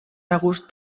regust